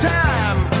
time